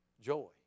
Joy